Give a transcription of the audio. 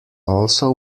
also